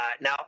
Now